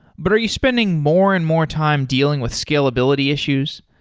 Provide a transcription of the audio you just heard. but are you spending more and more time dealing with scalability issues?